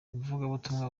abavugabutumwa